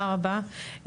תודה רבה.